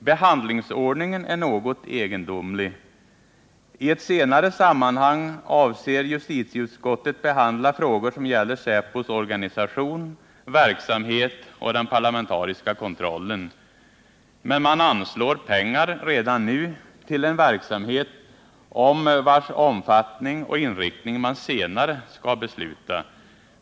Behandlingsordningen är något egendomlig. I ett senare sammanhang avser justitieutskottet att behandla frågor som gäller säpos organisation, verksamhet och den parlamentariska kontrollen. Men man anslår pengar redan nu till en verksamhet, om vars omfattning och inriktning man senare skall besluta.